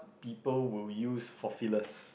people will use for fillers